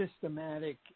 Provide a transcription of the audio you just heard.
systematic